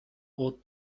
haut